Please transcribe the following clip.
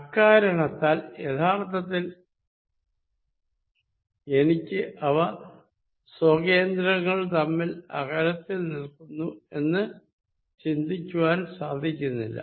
അക്കാരണത്താൽ യഥാർത്ഥത്തിൽ എനിക്ക് അവ സ്വകേന്ദ്രങ്ങൾ തമ്മിൽ അകലത്തിൽ നിൽക്കുന്നു എന്ന് ചിന്തിക്കുവാൻ സാധിക്കുന്നില്ല